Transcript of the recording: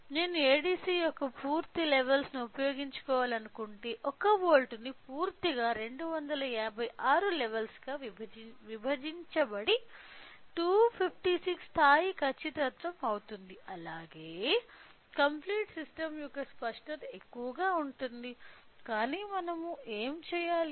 నేను ADC యొక్క పూర్తి లెవెల్స్ ను ఉపయోగించుకోవాలనుకుంటే 1 వోల్ట్ ను పూర్తిగా 256 లెవెల్స్ గా విభజించబడి 256 స్థాయి ఖచ్చితత్వం అవుతుంది అలాగే కంప్లీట్ సిస్టం యొక్క స్పష్టత ఎక్కువగా ఉంటుంది కాని మనం ఎలా చేయాలి